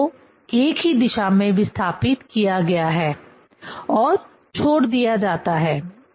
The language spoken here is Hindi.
दोनों को एक ही दिशा में विस्थापित किया गया है और छोड़ दिया जाता है